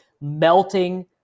melting